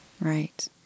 Right